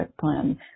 plan